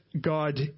God